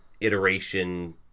iteration